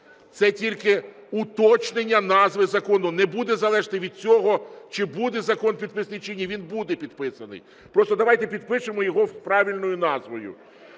це тільки уточнення назви закону, не буде залежати від цього, чи буде закон підписаний, чи ні, він буде підписаний. Просто давайте підпишемо його правильною назвою.